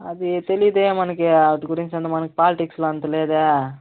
అది తెలియదు మనకు వాటి గురించి మనకు పాలిటిక్స్లో అంత లేదు